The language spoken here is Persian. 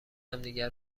همدیگه